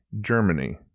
Germany